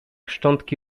szczątki